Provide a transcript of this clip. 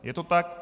Je to tak?